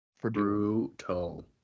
Brutal